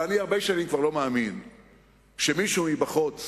הרבה שנים אני כבר לא מאמין שמישהו מבחוץ